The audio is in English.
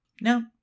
No